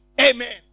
Amen